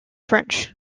french